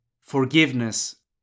forgiveness